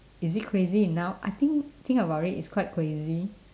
is it crazy enough I think think about it it's quite crazy